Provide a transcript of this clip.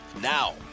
Now